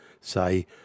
say